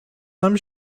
nam